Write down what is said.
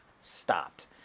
stopped